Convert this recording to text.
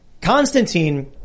Constantine